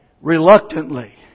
Reluctantly